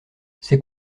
c’est